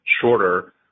shorter